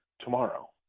tomorrow